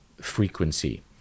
frequency